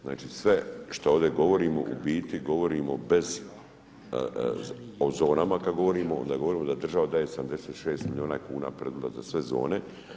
Znači, sve što ovdje govorimo, u biti govorimo bez ozonama, kad govorimo, onda govorimo da država daje 76 milijuna kuna … za sve zone.